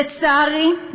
לצערי,